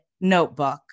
notebook